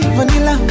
Vanilla